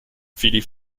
philippe